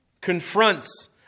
confronts